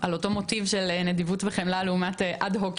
על אותו מוטיב של נדיבות וחמלה לעומת הד-הוק